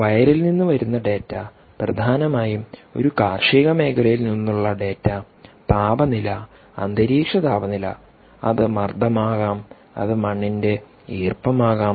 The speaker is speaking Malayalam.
വയലിൽ നിന്ന് വരുന്ന ഡാറ്റ പ്രധാനമായും ഒരു കാർഷിക മേഖലയിൽ നിന്നുള്ള ഡാറ്റdataതാപനില അന്തരീക്ഷ താപനില അത് മർദം ആകാം അത് മണ്ണിന്റെ ഈർപ്പം ആകാം